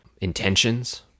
intentions